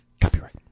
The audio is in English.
Copyright